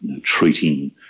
treating